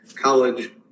college